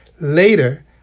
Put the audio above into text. Later